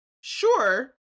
sure